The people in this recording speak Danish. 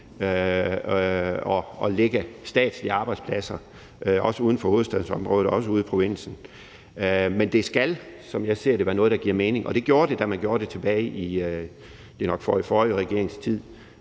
at lægge statslige arbejdspladser, også uden for hovedstadsområdet, også ude i provinsen. Men det skal, som jeg ser det, være noget, der giver mening, og det gjorde det, da man gjorde det tilbage i, det er nok den forrigeforrige regerings tid.